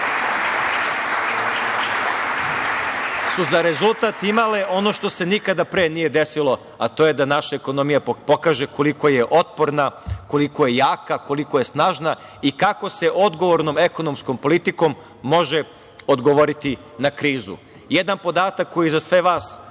su za rezultat imale ono što se nikada pre nije desilo, a to je da naša ekonomija pokaže koliko je otporna, koliko je jaka, koliko je snažna i kako se odgovornom ekonomskom politikom može odgovoriti na krizu. Jedan podatak, koji je za sve vas